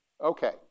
Okay